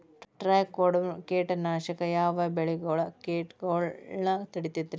Trichoderma ಕೇಟನಾಶಕ ಯಾವ ಬೆಳಿಗೊಳ ಕೇಟಗೊಳ್ನ ತಡಿತೇತಿರಿ?